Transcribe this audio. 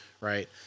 right